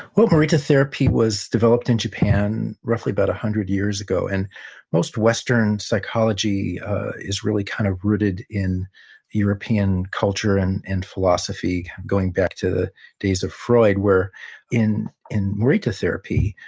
well, morita therapy was developed in japan, roughly about one hundred years ago. and most western psychology is really kind of rooted in european culture and and philosophy, going back to the days of freud where in in morita therapy,